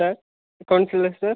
sir councillor sir